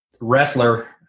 wrestler